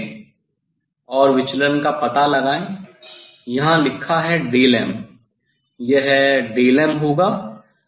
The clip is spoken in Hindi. रीडिंग लें और विचलन का पता लगाएं यहाँ लिखा है m यह m होगा